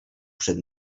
przed